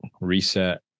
reset